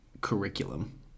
curriculum